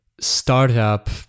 startup